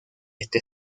este